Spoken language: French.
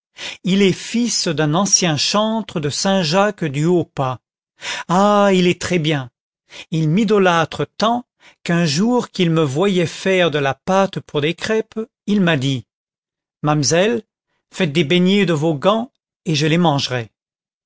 il est fils d'un ancien chantre de saint jacques du haut pas ah il est très bien il m'idolâtre tant qu'un jour qu'il me voyait faire de la pâte pour des crêpes il m'a dit mamselle faites des beignets de vos gants et je les mangerai